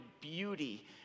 beauty